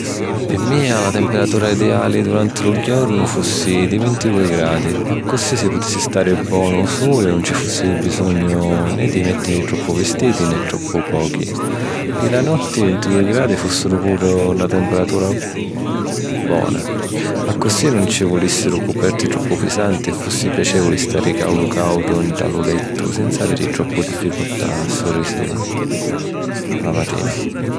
Pi mia, la temperatura ideali duranti lu jornu fussi di vintidui gradi: accussì si putissi stari bonu ô suli e nun ci fussi bisognu ne di mèttiri troppu vistiti ne troppu pochi. Pi la notti, vintidui gradi fussi puru na temperatura bona: accussì nun ci vulìssiru cuperti troppu pisanti, e fussi piacèvuli stari càudu càudu nta lu lettu senza aviri troppu difficultà a susìrisi la matina.